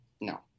No